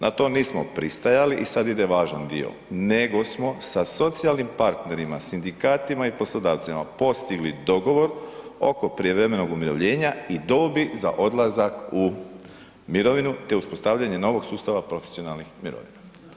Na to nismo pristajali i sad ide važan dio, nego smo sa socijalnim partnerima, sindikatima i poslodavcima postigli dogovor oko prijevremenog umirovljenja i dobi za odlazak u mirovinu te uspostavljanja novog sustava profesionalnih mirovina.